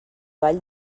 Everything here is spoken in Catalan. vall